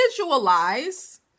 visualize